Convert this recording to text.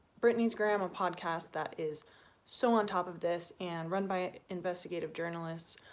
britney's gram, a podcast that is so on top of this and run by investigative journalists